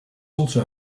also